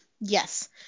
Yes